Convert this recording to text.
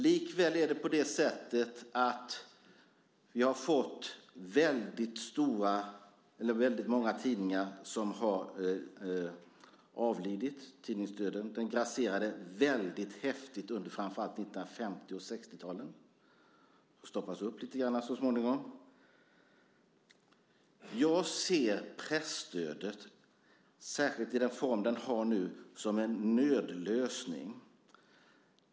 Likväl är det på det sättet att väldigt många tidningar har avlidit. Tidningsdöden grasserade häftigt under framför allt 1950 och 1960-talen. Den stoppades upp lite grann så småningom. Jag ser presstödet, särskilt i den form det har nu, som en nödlösning.